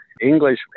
English